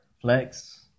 Flex